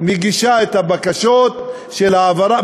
מגישה את הבקשות להעברה.